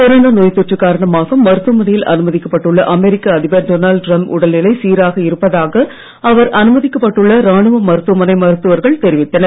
corona நோய் தொற்று காரணமாக மருத்துமனையில் அனுமதிக்கப்பட்டுள்ள அமெரிக்க அதிபர் டொனால்டு டிரம்ப் உடல்நிலை சீராக இருப்பதாக அவர் அனுமதிக்கப்பட்டுள்ள ராணுவ மருத்துவமனை மருத்துவர்கள் தெரிவித்தனர்